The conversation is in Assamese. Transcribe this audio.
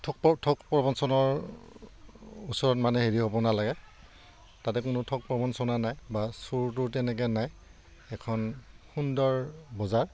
ঠগ ঠগ প্ৰবঞ্চনৰ ওচৰত মানে হেৰি হ'ব নালাগে তাতে কোনো ঠক প্ৰবঞ্চনা নাই বা চোৰ টোৰ তেনেকৈ নাই এখন সুন্দৰ বজাৰ